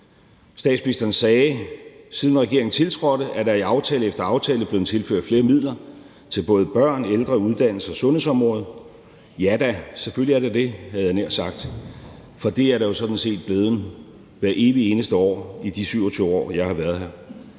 Statsministeren sagde: »Siden regeringen tiltrådte, er der i aftale efter aftale blevet tilført flere midler til både børn, ældre, uddannelse og sundhedsområdet.« Ja da, selvfølgelig er der det, havde jeg nær sagt, for det er der jo sådan set blevet hvert evigt eneste år i de 27 år, jeg har været her,